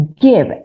give